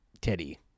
Teddy